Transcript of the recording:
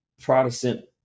Protestant